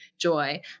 joy